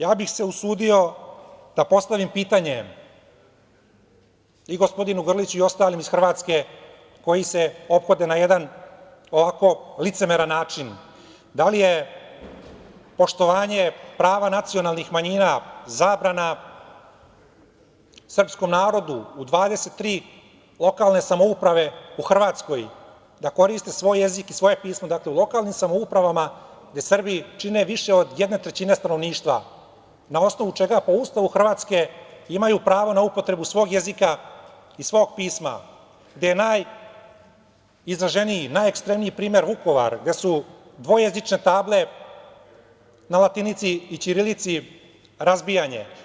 Ja bih se usudio da postavim pitanje i gospodinu Grliću i ostalim iz Hrvatske koji se ophode na jedan licemeran način - da li je poštovanje prava nacionalnih manjina zabrana srpskom narodu u 23 lokalne samouprave u Hrvatskoj da koriste svoj jezik i svoje pismo, dakle u lokalnim samoupravama gde Srbi čine više od jedne trećine stanovništva, na osnovu čega po Ustavu Hrvatske imaju pravo na upotrebu svog jezika i svog pisma, gde je najizraženiji i najekstremniji primer Vukovar, gde su dvojezične table na latinici i ćirilici razbijene?